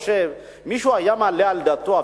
מישהו היה מעלה על דעתו,